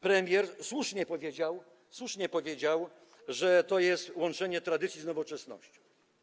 Premier słusznie powiedział - słusznie powiedział - że to jest łączenie tradycji z nowoczesnością.